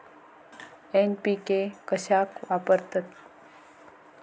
NPK कशाक वापरतत?